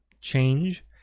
change